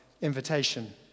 invitation